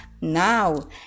Now